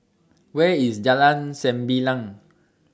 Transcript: Where IS Jalan Sembilang